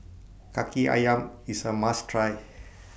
Kaki Ayam IS A must Try